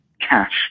cash